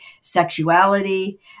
sexuality